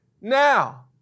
now